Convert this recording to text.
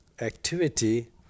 activity